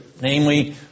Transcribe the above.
namely